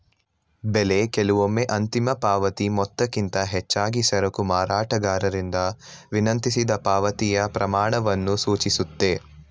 ಬೆಲೆ ಕೆಲವೊಮ್ಮೆ ಅಂತಿಮ ಪಾವತಿ ಮೊತ್ತಕ್ಕಿಂತ ಹೆಚ್ಚಾಗಿ ಸರಕು ಮಾರಾಟಗಾರರಿಂದ ವಿನಂತಿಸಿದ ಪಾವತಿಯ ಪ್ರಮಾಣವನ್ನು ಸೂಚಿಸುತ್ತೆ